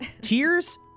Tears